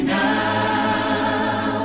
now